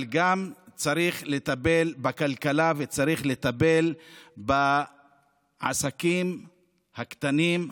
אבל גם צריך לטפל בכלכלה וצריך לטפל בעסקים הקטנים,